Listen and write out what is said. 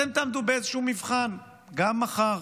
אתם תעמדו באיזשהו מבחן גם מחר,